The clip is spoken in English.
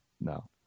No